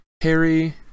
Harry